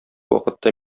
вакытта